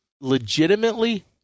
legitimately